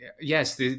yes